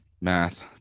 Math